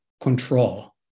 control